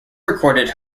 recorded